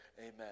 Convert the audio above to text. Amen